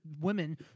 women